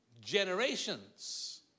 generations